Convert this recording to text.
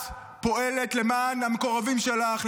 את פועלת למען המקורבים שלך,